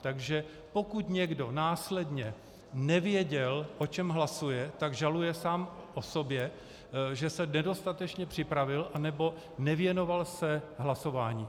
Takže pokud někdo následně nevěděl, o čem hlasuje, tak žaluje sám o sobě, že se nedostatečně připravil nebo nevěnoval se hlasování.